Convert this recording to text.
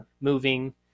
moving